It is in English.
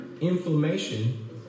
inflammation